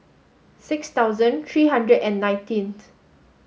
six thousand three hundred and nineteenth